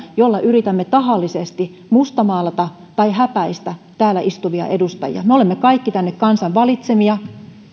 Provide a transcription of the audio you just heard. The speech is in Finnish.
joilla yritämme tahallisesti mustamaalata tai häpäistä täällä istuvia edustajia me olemme kaikki kansan tänne valitsemia